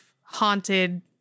haunted